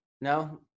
No